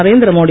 Narendra Modi